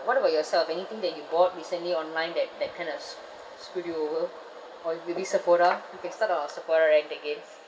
what about yourself anything that you bought recently online that that kind of s~ screwed you over or uh maybe Sephora you can start on Sephora online tickets